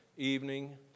Evening